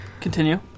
continue